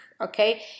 okay